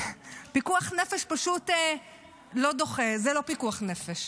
פיקוח נפש פשוט לא דוחה, זה לא פיקוח נפש.